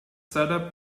setup